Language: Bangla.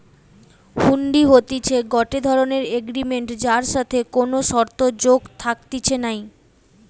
হুন্ডি হতিছে গটে ধরণের এগ্রিমেন্ট যার সাথে কোনো শর্ত যোগ থাকতিছে নাই